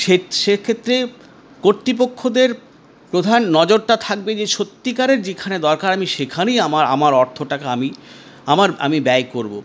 সেক্ষেত্রে কতৃপক্ষদের প্রধান নজরটা থাকবে যে সত্যিকারের যেখানে দরকার আমি সেখানেই আমার আমার অর্থটাকে আমি আমার আমি ব্যয় করবো